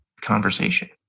conversation